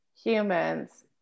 humans